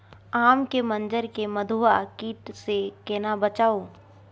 आम के मंजर के मधुआ कीट स केना बचाऊ?